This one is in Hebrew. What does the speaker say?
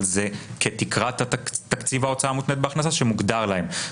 אבל זה כתקרת ההוצאה המותנית בהכנסה שמוגדר להם.